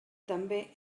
també